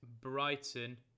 Brighton